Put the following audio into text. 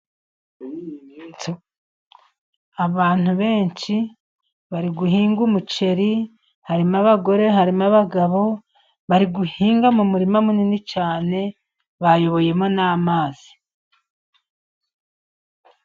Abantu benshi bari guhinga umuceri harimo abagore, harimo abagabo, bari guhinga mu murima munini cyane bayoboyemo n'amazi.